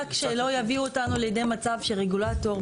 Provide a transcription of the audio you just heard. רק שלא יביאו אותנו לידי מצב שרגולטור,